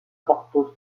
porto